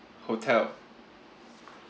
hotel